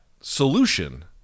solution